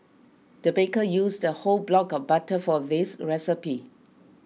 the baker used a whole block of butter for this recipe